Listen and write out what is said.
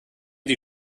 die